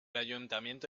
ayuntamiento